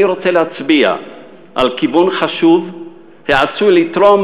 אני רוצה להצביע על כיוון חשוב שאף הוא עשוי לתרום